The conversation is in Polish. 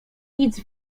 nic